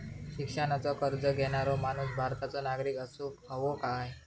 शिक्षणाचो कर्ज घेणारो माणूस भारताचो नागरिक असूक हवो काय?